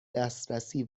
دسترسی